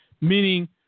meaning